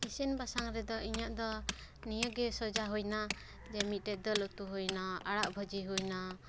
ᱤᱥᱤᱱ ᱵᱟᱥᱟᱝ ᱨᱮᱫᱚ ᱤᱧᱟᱹᱜ ᱫᱚ ᱱᱤᱭᱟᱹᱜᱮ ᱥᱚᱡᱟ ᱦᱩᱭᱱᱟ ᱡᱮ ᱢᱤᱫᱴᱮᱡ ᱫᱟᱹᱞ ᱩᱛᱩ ᱦᱩᱭᱱᱟ ᱟᱲᱟᱜ ᱵᱷᱟᱹᱡᱤ ᱦᱩᱭᱱᱟ